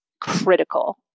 critical